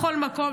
בכל מקום,